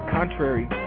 contrary